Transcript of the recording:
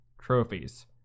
trophies